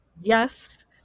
Yes